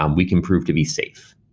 um we can prove to be safe.